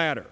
matter